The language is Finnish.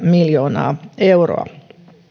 miljoonaa euroa